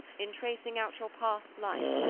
in tracing out your past life,